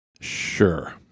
Sure